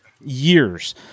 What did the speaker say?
years